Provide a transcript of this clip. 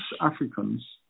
africans